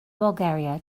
bulgaria